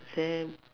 say